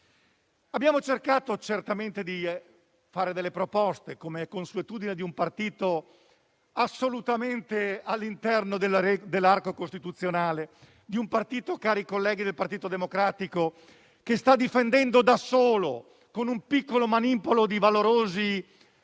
Abbiamo cercato di avanzare delle proposte, come è consuetudine di un partito assolutamente all'interno dell'arco costituzionale, di un partito, cari colleghi del Partito Democratico, che sta difendendo da solo, con un piccolo manipolo di valorosi